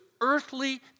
earthly